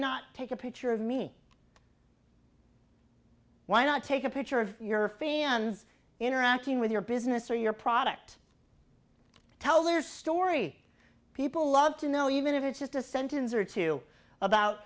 not take a picture of me why not take a picture of your fee ends interacting with your business or your product tell their story people love to know you even if it's just a sentence or two about